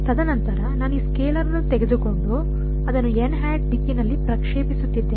ತದನಂತರ ನಾನು ಈ ಸ್ಕೇಲಾರ್ ಅನ್ನು ತೆಗೆದುಕೊಂಡು ಅದನ್ನು ದಿಕ್ಕಿನಲ್ಲಿ ಪ್ರಕ್ಷೇಪಿಸುತ್ತಿದ್ದೇನೆ